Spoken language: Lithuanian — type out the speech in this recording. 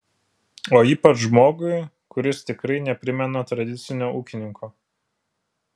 o ypač žmogui kuris tikrai neprimena tradicinio ūkininko